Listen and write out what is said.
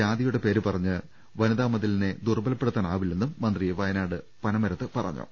ജാതിയുടെ പേര് പറഞ്ഞ് വനിതാ മതിലിനെ ദുർബലപ്പെ ടുത്താനാവില്ലെന്നും മന്ത്രി വയനാട് പനമരത്ത് പറഞ്ഞു